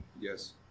Yes